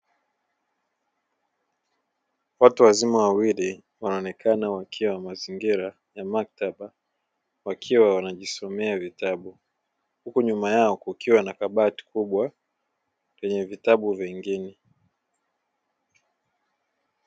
Watu wazima wawili wanaonekana wakiwa mazingira ya maktaba wakiwa wanajisomea vitabu, huku nyuma yao kikuwa na kabati kubwa lenye vitabu vingine.